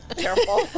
Careful